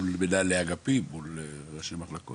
מול מנהלי אגפים, מול ראשי מחלקות?